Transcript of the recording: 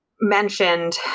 mentioned